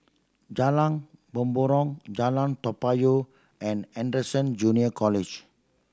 Jalan Mempurong Jalan Toa Payoh and Anderson Junior College